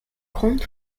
grande